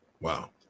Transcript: Wow